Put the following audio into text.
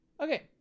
Okay